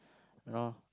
you know